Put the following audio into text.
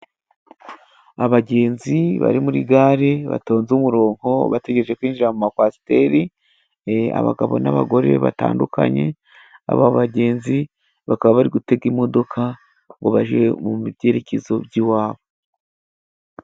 Abagenzi bari muri gare， batonze umurongo bategereje kwinjira mu makwasiteri， abagabo n'abagore batandukanye. Aba bagenzi bakaba bari gutega imodoka，ngo bage mu byerekezo by'iwabo.